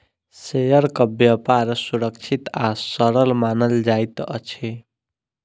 शेयरक व्यापार सुरक्षित आ सरल मानल जाइत अछि